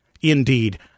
Indeed